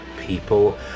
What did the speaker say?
people